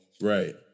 right